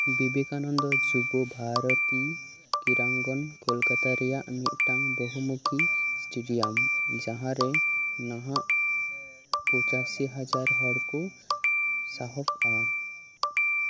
ᱵᱤᱵᱮᱠᱟᱱᱚᱱᱫᱚ ᱡᱩᱵᱚ ᱵᱷᱟᱨᱚᱛᱤ ᱠᱨᱤᱲᱟᱝᱜᱚᱱ ᱠᱳᱞᱠᱟᱛᱟ ᱨᱮᱭᱟᱜ ᱢᱤᱫᱴᱟᱝ ᱵᱚᱦᱩᱢᱩᱠᱷᱤ ᱥᱴᱮᱰᱤᱭᱟᱢ ᱡᱟᱦᱟᱸ ᱨᱮ ᱱᱟᱦᱟᱜ ᱯᱚᱸᱪᱟᱥᱤ ᱦᱟᱡᱟᱨ ᱦᱚᱲ ᱠᱚ ᱥᱟᱦᱚᱵᱼᱟ